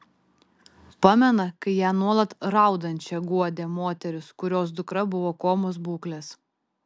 pamena kai ją nuolat raudančią guodė moteris kurios dukra buvo komos būklės